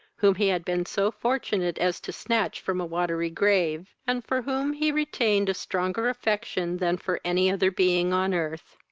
whom he had been so fortunate as to snatch from a watery grave, and for whom he retained a stronger affection than for any other being on earth.